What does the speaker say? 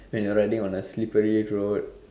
when you're riding on a slippery road